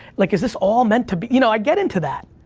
like, is this all meant to be? you know, i get into that,